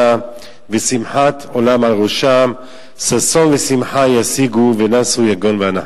ושמחת עולם על ראשם ששון ושמחה ישיגון ונסו יגון ואנחה".